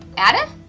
adda?